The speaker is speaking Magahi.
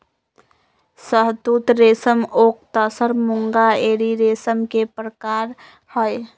शहतुत रेशम ओक तसर मूंगा एरी रेशम के परकार हई